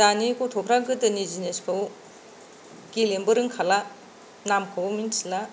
दानि गथ'फ्रा गोदोनि जिनिसखौ गेलेनोबो रोंखाला नामखौबो मिथिला